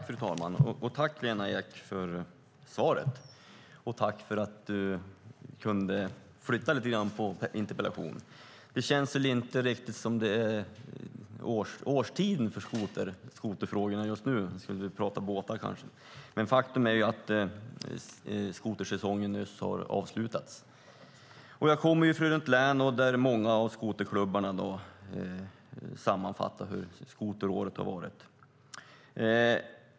Fru talman! Jag tackar Lena Ek för svaret. Tack också för att du kunde flytta lite grann på interpellationssvaret! Det känns inte riktigt som om det är rätt årstid för skoterfrågorna just nu - vi borde prata båtar, kanske. Men faktum är att skotersäsongen nyss har avslutats. Jag kommer från ett län där många av skoterklubbarna sammanfattar hur skoteråret har varit.